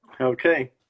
okay